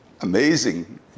amazing